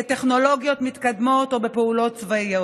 בטכנולוגיות מתקדמות או בפעולות צבאיות,